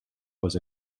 was